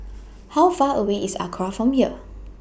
How Far away IS Acra from here